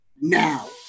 now